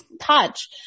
touch